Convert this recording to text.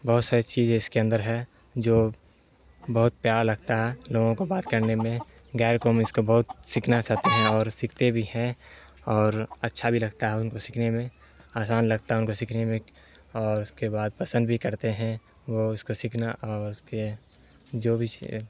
بہت ساری چیز اس کے اندر ہے جو بہت پیارا لگتا ہے لوگوں کو بات کرنے میں غیر قوم اس کو بہت سیکھنا چاہتے ہیں اور سیکھتے بھی ہیں اور اچھا بھی لگتا ہے ان کو سیکھنے میں آسان لگتا ہے ان کو سیکھنے میں اور اس کے بعد پسند بھی کرتے ہیں وہ اس کو سیکھنا اور اس کے جو بھی